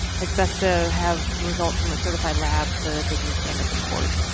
it's best to have results from a certified lab so that they can stand up in court.